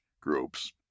groups